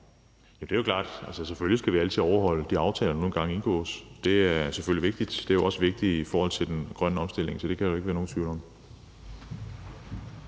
det er jo klart, altså selvfølgelig skal vi altid overholde de aftaler, der nu engang indgås. Det er selvfølgelig vigtigt. Det er jo også vigtigt forhold til den grønne omstilling, så det kan der jo ikke være nogen tvivl om.